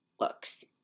looks